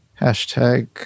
Hashtag